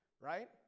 right